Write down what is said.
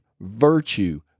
virtue